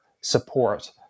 support